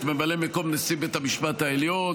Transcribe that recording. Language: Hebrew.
את ממלא מקום נשיא בית המשפט העליון,